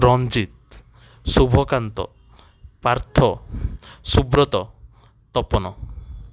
Ranjit Subhakanta Partha Subrata Tapan